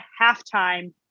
halftime